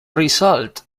result